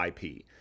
IP